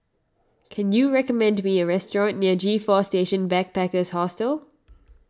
can you recommend me a restaurant near G four Station Backpackers Hostel